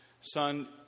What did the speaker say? Son